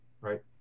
right